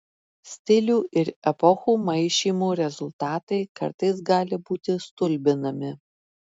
stilių ir epochų maišymo rezultatai kartais gali būti stulbinami